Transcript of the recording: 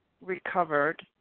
recovered